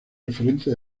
referente